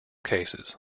cases